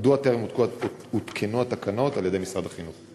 טרם הותקנו התקנות על-ידי משרד החינוך?